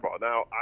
Now